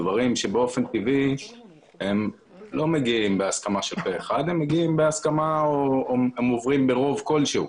דברים שבאופן טבעי לא מגיעים בהסכמה של פה אחד אלא עוברים ברוב כלשהו.